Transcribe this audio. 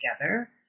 together